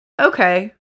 okay